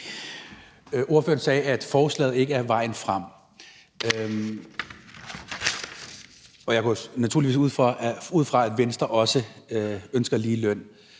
Ordføreren sagde, at forslaget ikke er vejen frem – og jeg går naturligvis ud fra, at Venstre også ønsker ligeløn